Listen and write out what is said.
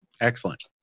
excellent